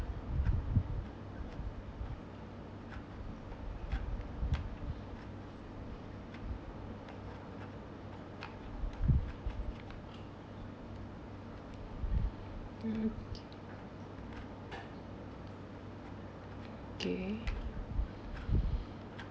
mm okay